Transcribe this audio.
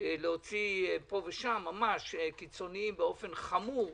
להוציא פה ושם קיצוניים באופן חמור,